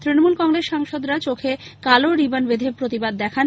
তৃণমূল কংগ্রস সাংসদরাচোখে কালো রিবন বেঁধে প্রতিবাদ দেখান